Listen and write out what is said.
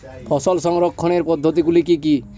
ফসল সংরক্ষণের পদ্ধতিগুলি কি কি?